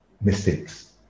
mistakes